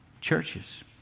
churches